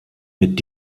mit